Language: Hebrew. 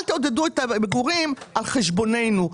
אל תעודדו את המגורים על חשבוננו.